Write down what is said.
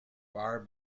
far